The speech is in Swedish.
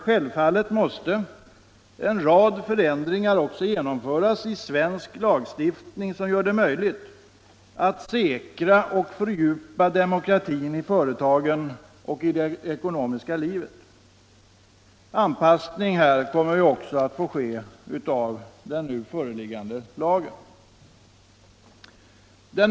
Självfallet måste också en rad förändringar genomföras i svensk lagstiftning, förändringar som gör det möjligt att säkra och fördjupa demokratin i företagen och i det ekonomiska livet. Därför måste givetvis anpassningar göras i den nuvarande aktiebolagslagen.